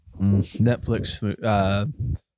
netflix